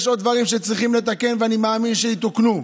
יש עוד דברים שצריך לתקן ואני מאמין שיתוקנו,